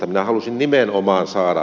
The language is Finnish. minä halusin nimenomaan saada